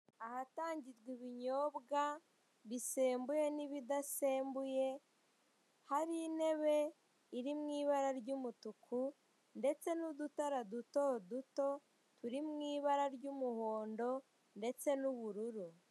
Ahatangirwa ibinyobwa bisembuye n'ibidasembuye hari intebe iri mu ibara ry'umutuku ndetse n'udutara duto duto turi mu ibara ry'umuhondo ndetse n'ubururu.